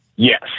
Yes